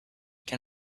can